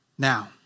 Now